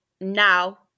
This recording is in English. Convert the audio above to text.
now